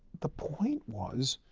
the point was,